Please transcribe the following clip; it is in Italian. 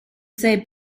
sei